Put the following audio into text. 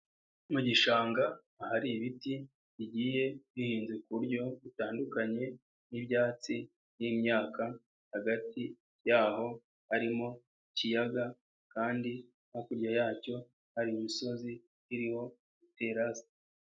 Mu gishanga ahari ibiti bigiye bihinze ku buryo butandukanye n'ibyatsi n'imyaka, hagati yaho hari mu ikiyaga kandi hakurya yacyo hari imisozi iriho iterasi.